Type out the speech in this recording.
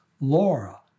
Laura